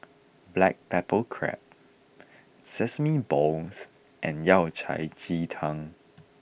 Black Pepper Crab Sesame Balls and Yao Cai Ji Tang